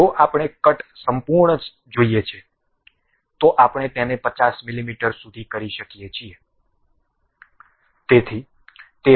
જો આપણે કટ સંપૂર્ણ જોઈએ છે તો આપણે તેને 50 મીમી સુધી કરી શકીએ છીએ